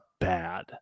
bad